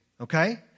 Okay